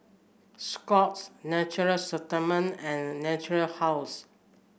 Scott's Natura Stoma and Natura House